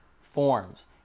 forms